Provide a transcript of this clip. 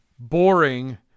Boring